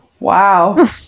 Wow